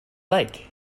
like